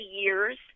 years